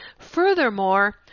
Furthermore